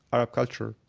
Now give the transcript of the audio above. arab culture,